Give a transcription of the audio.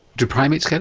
do primates get